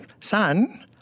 Son